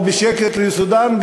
או בשקר יסודם,